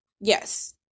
yes